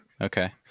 Okay